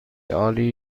عالی